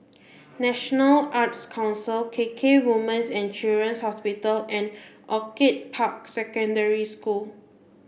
National Arts Council K K Woman's and Children's Hospital and Orchid Park Secondary School